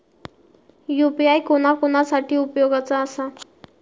UPI कोणा कोणा साठी उपयोगाचा आसा?